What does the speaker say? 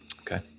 Okay